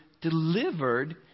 delivered